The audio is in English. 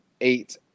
eight